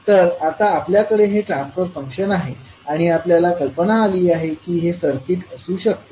तर आता आपल्याकडे हे ट्रान्सफर फंक्शन आहे आणि आपल्याला कल्पना आली आहे की हे सर्किट असू शकते